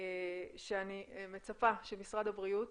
שאני מצפה שמשרד הבריאות